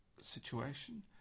situation